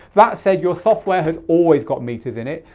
that said your software has always got metres in it.